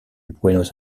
buenos